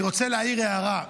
אני רוצה להעיר הערה.